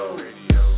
radio